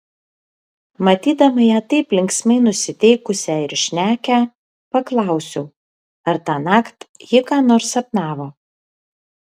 matydama ją taip linksmai nusiteikusią ir šnekią paklausiau ar tąnakt ji ką nors sapnavo